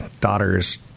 daughters